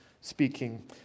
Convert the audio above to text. speaking